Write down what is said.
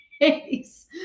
face